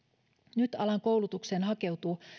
nyt alan koulutukseen hakeutuu